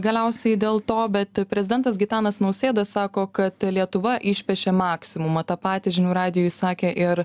galiausiai dėl to bet prezidentas gitanas nausėda sako kad lietuva išpešė maksimumą tą patį žinių radijui sakė ir